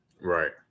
Right